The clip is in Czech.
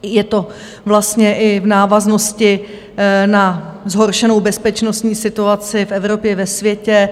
Je to vlastně i v návaznosti na zhoršenou bezpečnostní situaci v Evropě, ve světě.